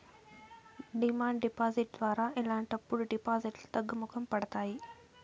demand deposit ద్వారా ఇలాంటప్పుడు డిపాజిట్లు తగ్గుముఖం పడతాయి